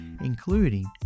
including